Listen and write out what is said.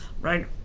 right